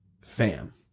fam